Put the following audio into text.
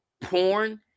porn